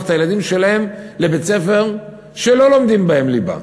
את הילדים שלהם לבתי-ספר שלא לומדים בהם ליבה,